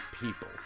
people